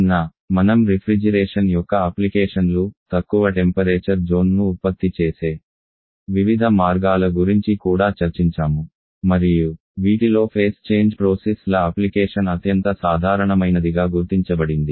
నిన్న మనం రిఫ్రిజిరేషన్ యొక్క అప్లికేషన్లు తక్కువ టెంపరేచర్ జోన్ను ఉత్పత్తి చేసే వివిధ మార్గాల గురించి కూడా చర్చించాము మరియు వీటిలో దశ మార్పు ప్రక్రియల అప్లికేషన్ అత్యంత సాధారణమైనదిగా గుర్తించబడింది